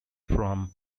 from